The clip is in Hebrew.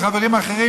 וחברים אחרים,